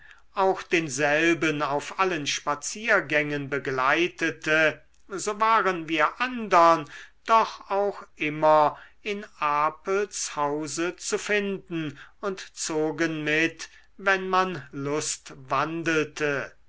auch denselben auf allen spaziergängen begleitete so waren wir andern doch auch immer in apels hause zu finden und zogen mit wenn man